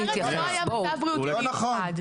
אחרת לא היה מצב בריאותי מיוחד.